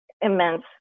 immense